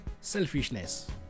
selfishness